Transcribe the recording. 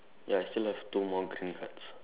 ya I still have two more green cards